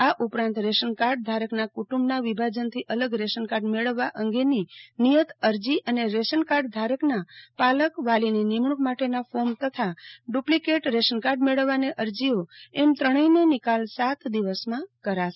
આ ઉપરાંત રેશનકાર્ડ ધારકના કુંટુમ્બના વિભાજનથી અલગ રેશનકાર્ડ મેળવવા અંગેની અરજી અને રેશનકાર્ડ ધારકના પાલક વાલીની નિમણુંક માટેના ફોર્મ તથા ડુપ્લીકેટ રેશનકાર્ડ મેળવવાની અરજીઓ એમ ત્રણેયનો નિકાલ સાત દિવસમાં કરાશે